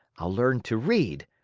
i'll learn to read,